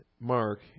Mark